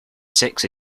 six